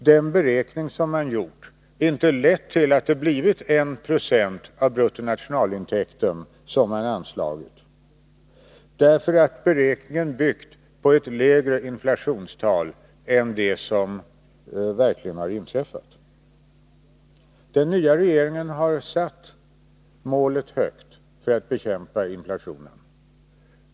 Den beräkning som man gjort har inte lett till att det blivit 1 96 av bruttonationalintäkten som har anslagits, eftersom beräkningen har byggt på ett lägre inflationstal än det verkliga. Den nya regeringen har satt målet högt för att bekämpa inflationen.